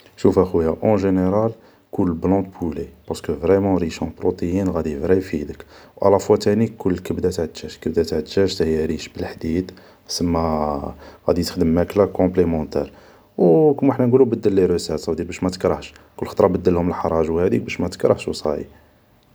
شوف ا خويا اون جينيرال كول بلون دو بولي باسكو فريمون ريش اون بروتيين و غادي فري بفيدك و ا لافوا تاني كول الكبدة تاع الدجاج, الكبدة تاع الدجاج تا هي ريش بلحديد سما غادي تخدم ماكلة كومليمونتار و كيما حنا نقولو بدل لي روسات باش ما تكرهش كل خطرة بدلهم لحراج و هاديك باش ما تكرهش و صايي